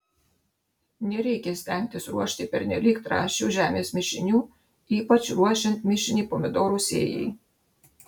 nereikia stengtis ruošti pernelyg trąšių žemės mišinių ypač ruošiant mišinį pomidorų sėjai